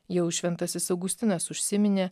jau šventasis augustinas užsiminė